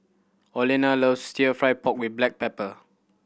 Olena loves Stir Fry pork with black pepper